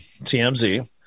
TMZ